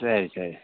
சரி சரி